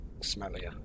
smellier